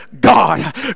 god